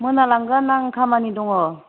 मोना लांगोन आं खामानि दङ